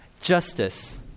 justice